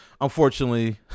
Unfortunately